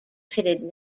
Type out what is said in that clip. pitted